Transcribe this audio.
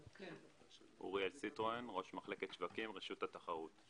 שתכירו גם את ההיבט התחרותי